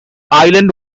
island